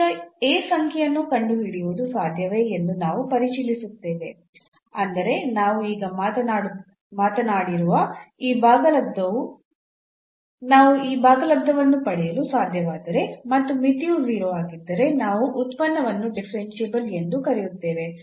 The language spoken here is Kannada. ಈಗ A ಸಂಖ್ಯೆಯನ್ನು ಕಂಡುಹಿಡಿಯುವುದು ಸಾಧ್ಯವೇ ಎಂದು ನಾವು ಪರಿಶೀಲಿಸುತ್ತೇವೆ ಅಂದರೆ ನಾವು ಈಗ ಮಾತನಾಡಿರುವ ಈ ಭಾಗಲಬ್ಧವು ವು ನಾವು ಈ ಭಾಗಲಬ್ಧವನ್ನು ಪಡೆಯಲು ಸಾಧ್ಯವಾದರೆ ಮತ್ತು ಮಿತಿಯು 0 ಆಗಿದ್ದರೆ ನಾವು ಉತ್ಪನ್ನವನ್ನು ಡಿಫರೆನ್ಸಿಬಲ್ ಎಂದು ಕರೆಯುತ್ತೇವೆ